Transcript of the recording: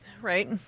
Right